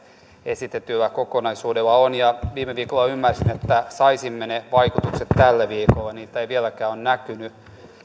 esittämällänne kokonaisuudella on viime viikolla ymmärsin että saisimme ne vaikutukset tällä viikolla niitä ei vieläkään ole näkynyt tämä